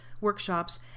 workshops